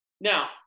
Now